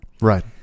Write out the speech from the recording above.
Right